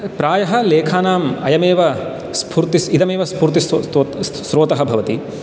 प्रायः लेखानाम् अयमेव स्फूर्ति इदमेव स्फूर्ति स्रोतः भवति